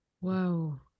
Wow